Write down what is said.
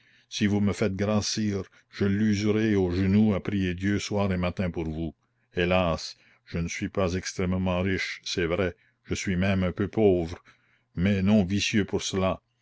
si vous me faites grâce sire je l'userai aux genoux à prier dieu soir et matin pour vous hélas je ne suis pas extrêmement riche c'est vrai je suis même un peu pauvre mais non vicieux pour cela